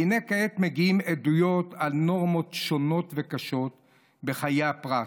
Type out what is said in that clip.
והינה כעת מגיעות עדויות על נורמות שונות וקשות בחיי הפרט.